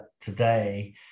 today